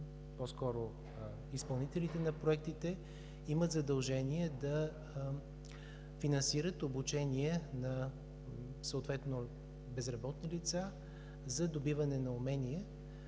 предложения изпълнителите на проектите имат задължение да финансират обучение на безработни лица за добиване на умения,